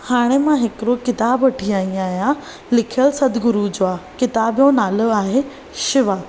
हाणे मां हिकिड़ो किताबु वठी आई आहियां लिख्यलु सतगुरु जो आहे किताब जो नालो आहे शिवम